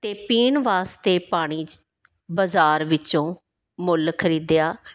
ਅਤੇ ਪੀਣ ਵਾਸਤੇ ਪਾਣੀ ਬਜ਼ਾਰ ਵਿੱਚੋਂ ਮੁੱਲ ਖਰੀਦਿਆ